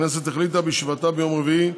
הכנסת החליטה בישיבתה ביום רביעי,